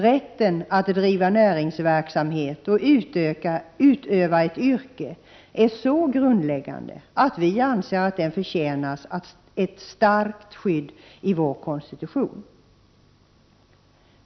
Rätten att driva näringsverksamhet och utöva ett yrke är så grundläggande att vi anser att den förtjänar ett starkt skydd i vår konstitution.